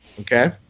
Okay